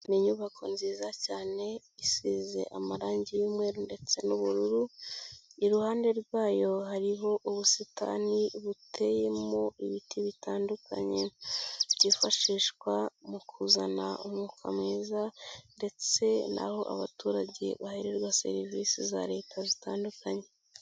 Ni inyubako nziza cyane isize amarangi y'umweru ndetse n'ubururu, iruhande rwayo hariho ubusitani buteyemo ibiti bitandukanye. Byifashishwa mu kuzana umwuka mwiza ndetse n'aho abaturage bahererwa serivisi za leta zitandukanye.